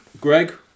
Greg